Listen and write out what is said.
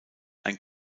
ein